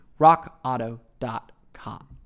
rockauto.com